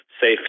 safe